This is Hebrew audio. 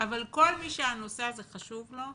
אבל כל מי שהנושא הזה חשוב לו,